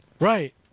Right